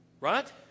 Right